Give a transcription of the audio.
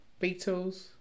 Beatles